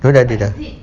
dia orang dah ada dah